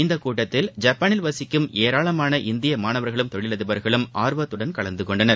இந்தக் கூட்டத்தில் ஜப்பானில் வசிக்கும் ஏராளமான இந்திய மாணவர்களும் தொழிலதிபர்களும் ஆர்வத்துடன் கலந்து கொண்டனர்